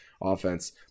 offense